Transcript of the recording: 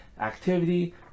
activity